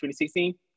2016